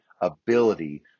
ability